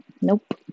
nope